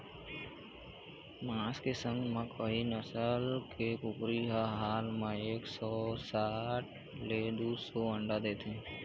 मांस के संग म कइ नसल के कुकरी ह साल म एक सौ साठ ले दू सौ अंडा देथे